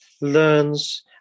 learns